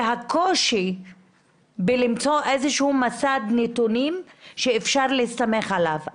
והקושי למצוא איזשהו מסד נתונים שאפשר להסתמך עליו.